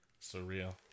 surreal